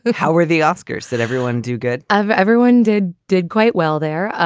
how were the oscars that everyone do good of? everyone did. did quite well there.